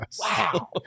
Wow